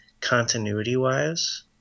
Continuity-wise